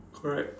correct